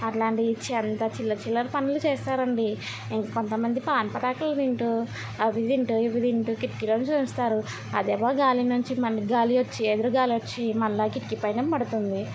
అట్లాంటివి చ అంత చిల్లర చిల్లర పనులు చేస్తారండి ఇంకొంతమంది పాన్ పరాకులు తింటూ అవి తింటూ ఇవి తింటూ కిటికీలోంచి ఊన్చుతారు అదేమో గాలి నుంచి మన గాలి వచ్చి ఎదురు గాలి వచ్చి మళ్ళా కిటికీ పైనే పడుతుంది